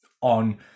on